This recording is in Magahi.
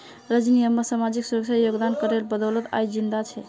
रजनी अम्मा सामाजिक सुरक्षा योगदान करेर बदौलत आइज जिंदा छ